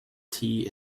tea